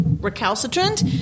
recalcitrant